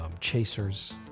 chasers